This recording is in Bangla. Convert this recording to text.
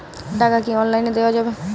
টাকা কি অনলাইনে দেওয়া যাবে?